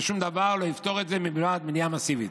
ושום דבר לא יפתור את זה מלבד בנייה מסיבית.